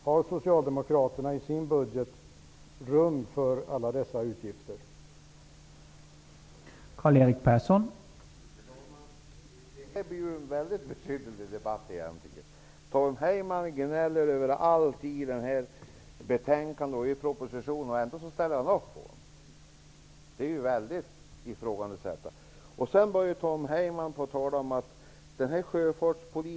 Har Socialdemokraterna rum för alla dessa utgifter i sin budget?